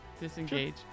Disengage